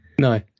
no